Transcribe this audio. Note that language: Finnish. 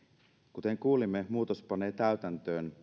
kuten kuulimme muutos panee täytäntöön